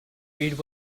read